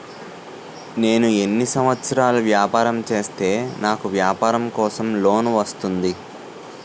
నేను ఎన్ని సంవత్సరాలు వ్యాపారం చేస్తే నాకు వ్యాపారం కోసం లోన్ వస్తుంది?